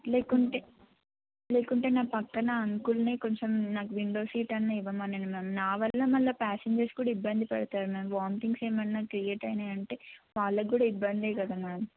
లేకుంటే లేకుంటే నా పక్క ఆ అంకల్నే కొంచెం నాకు విండో సీట్ అన్నా ఇవ్వమనండి మ్యామ్ నా వల్ల మళ్ళ ప్యాసింజర్స్ కూడా ఇబ్బంది పడతారు మ్యామ్ వామిటింగ్స్ ఏమన్నా క్రియేట్ అయినాయ అంటే వాళ్ళకి కూడా ఇబ్బందే కదా మ్యామ్